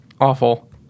awful